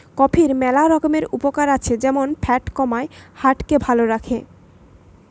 কফির ম্যালা রকমের উপকার আছে যেমন ফ্যাট কমায়, হার্ট কে ভাল করে